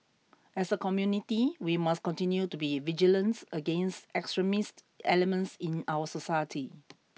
as a community we must continue to be vigilant against extremist elements in our society